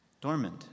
Dormant